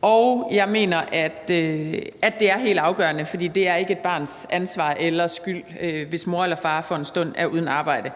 og jeg mener, at det er helt afgørende, for det er ikke et barns ansvar eller skyld, hvis mor eller far for en stund er uden arbejde.